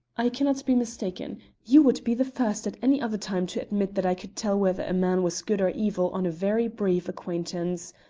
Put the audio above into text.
i cannot be mistaken you would be the first at any other time to admit that i could tell whether a man was good or evil on a very brief acquaintance.